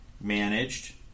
managed